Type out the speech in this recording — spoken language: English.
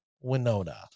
winona